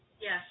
Yes